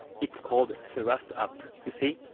it's called thrust up. you see?